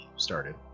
started